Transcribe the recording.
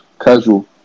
casual